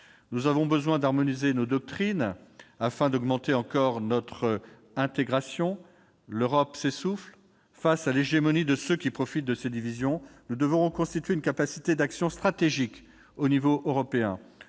Nous avons besoin d'harmoniser nos doctrines, afin d'augmenter encore notre intégration. L'Europe s'essouffle face à l'hégémonie de ceux qui profitent de telles divisions. Nous devons reconstituer une capacité d'action stratégique à l'échelon européen.